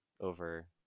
over